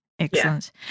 excellent